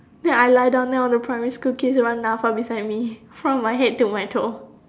ya I lie down then all the primary school kids run down far beside me from my head to my toe